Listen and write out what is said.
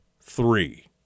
three